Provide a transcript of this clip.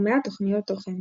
ומעט תוכניות תוכן.